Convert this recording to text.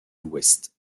l’ouest